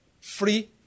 Free